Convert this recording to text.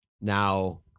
now